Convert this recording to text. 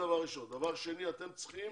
אתם צריכים